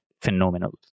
phenomenal